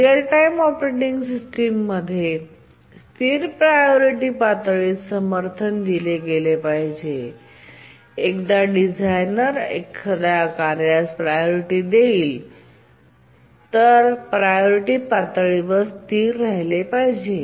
real time operating सिस्टमने स्थिर priority पातळीस समर्थन दिले पाहिजे आणि एकदा डिझायनर एखाद्या कार्यास प्रायोरिटी देईल तर ते त्या प्रायोरिटी पातळीवर स्थिर राहिले पाहिजे